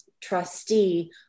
trustee